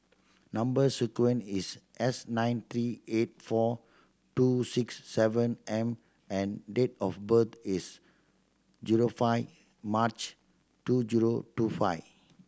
number sequence is S nine three eight four two six seven M and date of birth is zero five March two zero two five